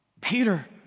Peter